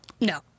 No